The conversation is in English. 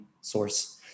source